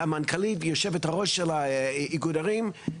המנכ"לית היא יושבת-ראש של איגוד ערים.